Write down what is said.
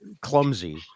clumsy